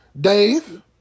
Dave